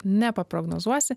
ne paprognozuosi